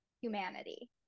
humanity